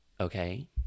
okay